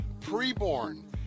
Preborn